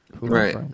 Right